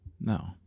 no